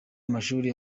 amashuri